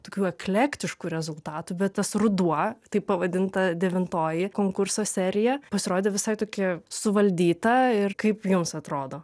tokių eklektiškų rezultatų bet tas ruduo taip pavadinta devintoji konkurso serija pasirodė visai tokia suvaldyta ir kaip jums atrodo